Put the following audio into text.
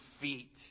feet